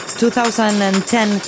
2010